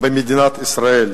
במדינת ישראל.